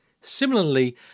Similarly